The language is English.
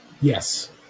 Yes